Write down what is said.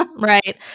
Right